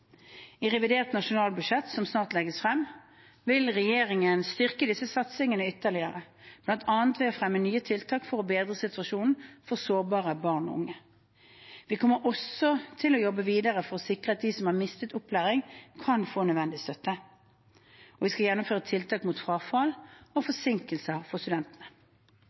I revidert nasjonalbudsjett som snart legges frem, vil regjeringen styrke disse satsingene ytterligere, bl.a. ved å fremme nye tiltak for å bedre situasjonen for sårbare barn og unge. Vi kommer også til å jobbe videre for å sikre at de som har mistet opplæring, kan få nødvendig støtte. Vi vil også gjennomføre tiltak mot frafall og forsinkelser for